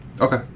Okay